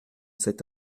cet